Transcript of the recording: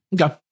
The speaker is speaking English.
Okay